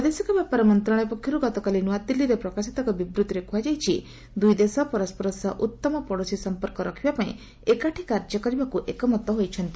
ବୈଦେଶିକ ବ୍ୟାପାର ମନ୍ତ୍ରଣାଳୟ ପକ୍ଷରୁ ଗତକାଲି ନୂଆଦିଲ୍ଲୀରେ ପ୍ରକାଶିତ ଏକ ବିବୃଭିରେ କୁହାଯାଇଛି ଦୂଇ ଦେଶ ପରସ୍କର ସହ ଉଉମ ପଡୋଶୀ ସମ୍ପର୍କ ରଖିବା ପାଇଁ ଏକାଠି କାର୍ଯ୍ୟ କରିବାକୁ ଏକମତ ହୋଇଛନ୍ତି